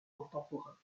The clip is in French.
contemporain